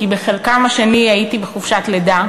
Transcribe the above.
כי בחלקם השני הייתי בחופשת לידה.